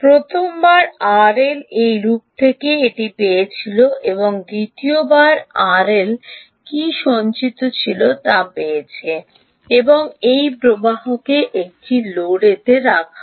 প্রথমবার আরএলটি এই লুপ থেকে এটি পেয়েছিল এবং দ্বিতীয়বার আরএল কী সঞ্চিত ছিল তা পেয়েছে এবং এটি এই প্রবাহকে এই লোডটিতে রাখে